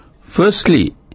Firstly